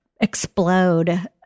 explode